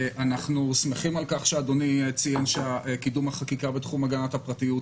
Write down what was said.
אנחנו שמחים על כך שאדוני ציין שקידום החקיקה בתחום הגנת הפרטיות